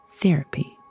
therapy